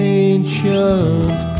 ancient